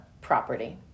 property